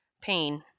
pain